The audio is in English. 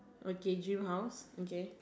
okay dream house okay